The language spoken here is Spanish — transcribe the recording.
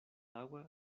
agua